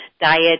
diet